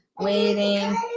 Waiting